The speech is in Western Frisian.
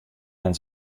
men